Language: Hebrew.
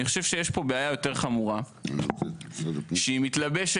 אני חושב שיש פה בעיה יותר חמורה שהיא מתלבשת